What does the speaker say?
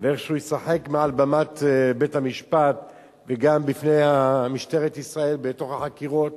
איך הוא ישחק על במת בית-המשפט וגם בפני משטרת ישראל בתוך החקירות,